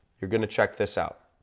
you're gonna check this out.